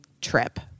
trip